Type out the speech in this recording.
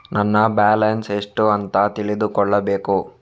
ನನ್ನ ಬ್ಯಾಲೆನ್ಸ್ ಎಷ್ಟು ಅಂತ ತಿಳಿದುಕೊಳ್ಳಬೇಕು?